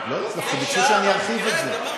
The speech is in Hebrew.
לא, לא, דווקא ביקשו שאני ארחיב על זה.